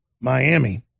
Miami